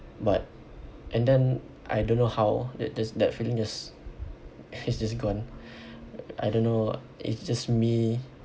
but and then I don't know how it just that feeling just is just gone I don't know it's just me